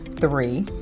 three